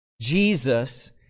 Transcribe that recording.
Jesus